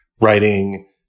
writing